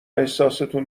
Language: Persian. احساستون